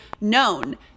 known